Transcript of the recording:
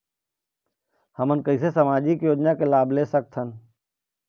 हमन कैसे सामाजिक योजना के लाभ ले सकथन?